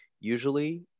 Usually